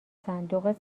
صندوق